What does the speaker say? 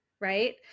right